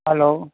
hello